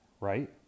right